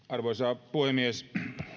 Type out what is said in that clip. arvoisa puhemies